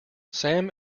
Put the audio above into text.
sam